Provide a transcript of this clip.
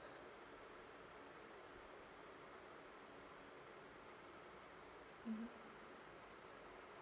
mm hmm